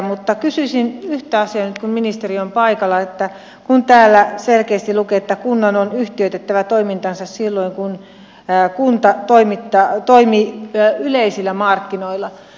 mutta kysyisin yhtä asiaa nyt kun ministeri on paikalla kun täällä selkeästi lukee että kunnan on yhtiöitettävä toimintansa silloin kun kunta toimii yleisillä markkinoilla